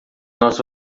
nós